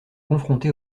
confrontée